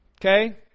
Okay